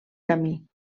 camí